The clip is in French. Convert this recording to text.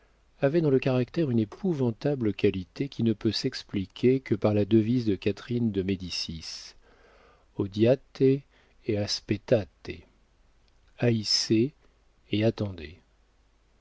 avait dans le caractère une épouvantable qualité qui ne peut s'expliquer que par la devise de catherine de médicis odiate e aspettate haïssez et attendez